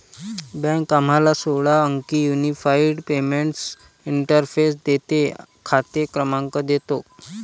bank आम्हाला सोळा अंकी युनिफाइड पेमेंट्स इंटरफेस देते, खाते क्रमांक देतो